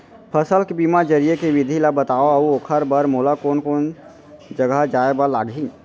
फसल के बीमा जरिए के विधि ला बतावव अऊ ओखर बर मोला कोन जगह जाए बर लागही?